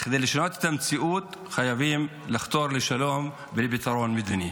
כדי לשנות את המציאות חייבים לחתור לשלום ולפתרון מדיני.